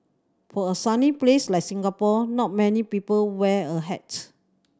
for a sunny place like Singapore not many people wear a hat